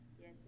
Yes